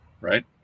Right